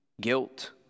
guilt